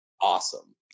awesome